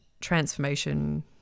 transformation